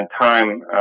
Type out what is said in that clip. time